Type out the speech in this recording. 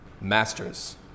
masters